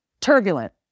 turbulent